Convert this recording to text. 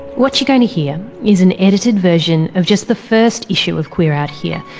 what you're going to hear is an edited version of just the first issue of queer out here,